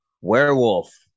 werewolf